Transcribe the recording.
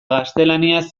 gaztelaniaz